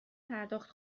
پرداخت